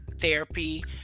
therapy